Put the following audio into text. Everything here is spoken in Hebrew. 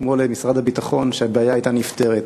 כמו למשרד הביטחון, הבעיה הייתה נפתרת.